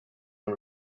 are